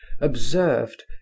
observed